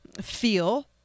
feel